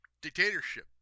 dictatorship